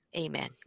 Amen